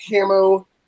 camo